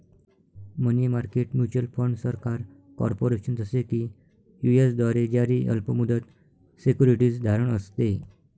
मनी market mutual fund सरकार, corporation, जसे की यू.एस द्वारे जारी अल्प मुदत सिक्युरिटीज धारण असते